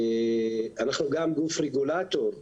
אנחנו גם גוף רגולטור,